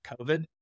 COVID